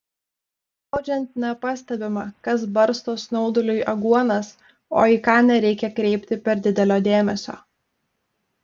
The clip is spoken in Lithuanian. snaudžiant nepastebima kas barsto snauduliui aguonas o į ką nereikia kreipti per didelio dėmesio